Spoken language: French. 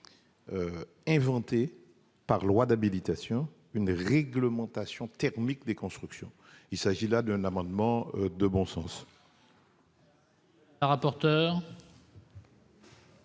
inventer, par loi d'habilitation, une réglementation thermique des constructions. Il s'agit là d'un amendement de bon sens.